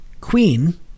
Queen